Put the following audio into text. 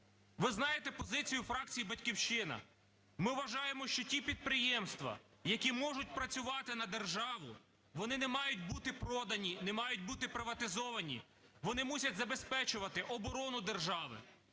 Ви знаєте позицію фракції "Батьківщина". Ми вважаємо, що ті підприємства, які можуть працювати на державу, вони не мають бути продані, не мають бути приватизовані. Вони мусять забезпечувати оборону держави.